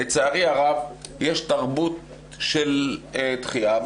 לצערי הרב יש בהם תרבות של דחייה.